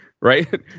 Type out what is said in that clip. right